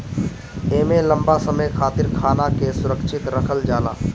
एमे लंबा समय खातिर खाना के सुरक्षित रखल जाला